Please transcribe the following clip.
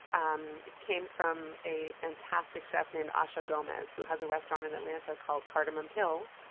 um it came from a fantastic chef named asha gomez who has a restaurant in atlanta called cardamom hill.